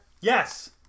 Yes